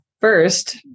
first